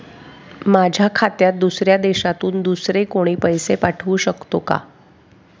माझ्या खात्यात दुसऱ्या देशातून दुसरे कोणी पैसे पाठवू शकतो का?